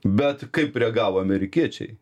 bet kaip reagavo amerikiečiai